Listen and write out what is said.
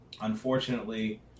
unfortunately